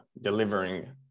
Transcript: delivering